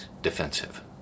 defensive